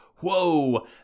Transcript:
whoa